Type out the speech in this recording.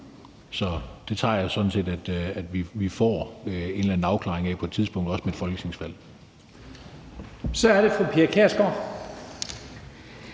Så det tager jeg sådan set sådan, at vi får en eller anden afklaring af det på et tidspunkt, også med et folketingsvalg. Kl. 12:08 Første